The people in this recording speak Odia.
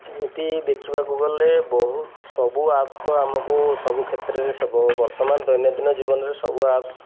ଏମିତି ଦେଖିବାକୁ ଗଲେ ବହୁତ ସବୁ ଆପ୍ସ୍ ତ ଆମକୁ ସବୁ କ୍ଷେତ୍ରରେ ବର୍ତ୍ତମାନ ଦୈନନ୍ଦିନ ଜୀବନରେ ସବୁ ଆପ୍ସ୍